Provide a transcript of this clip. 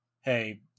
Hey